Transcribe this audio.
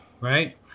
Right